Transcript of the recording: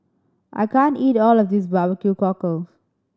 I can't eat all of this barbecue cockle